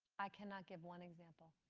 i cannot give one example,